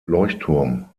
leuchtturm